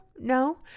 No